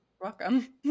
Welcome